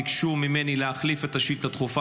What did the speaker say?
ביקשו ממני להחליף את השאילתה הדחופה